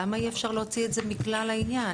למה אי אפשר להוציא את זה מכלל העניין?